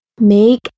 make